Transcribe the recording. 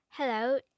Hello